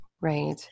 Right